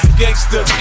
gangster